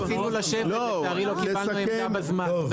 רצינו לשבת, לצערי לא קיבלנו עמדה בזמן.